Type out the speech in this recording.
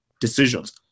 decisions